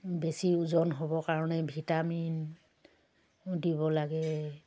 বেছি ওজন হ'বৰ কাৰণে ভিটামিন দিব লাগে